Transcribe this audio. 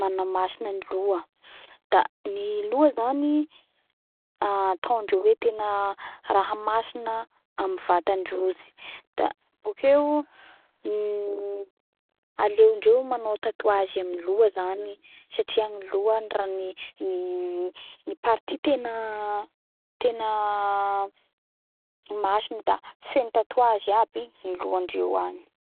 manamasina ny loha da ny loha zany atao ndreo hoe raha masina amy vatandrozy. Avakeo aleondreo manao tatouage amin'ny loha zany satria ny loha ny raha, no partie tena tena masina da feno tatouage aby ny lohandreo agny.